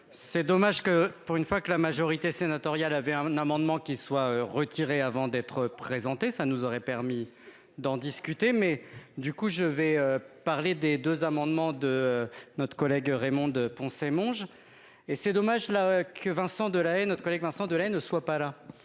C'est dommage que pour une fois que la majorité sénatoriale avait un amendement qui soient retirés avant d'être présenté, ça nous aurait permis d'en discuter mais du coup je vais parler des 2 amendement de notre collègue Raymond Poncet Monge et c'est dommage là que Vincent Delahaye, notre collègue Vincent Delahaye ne soit pas là